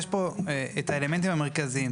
יש פה את האלמנטים המרכזיים.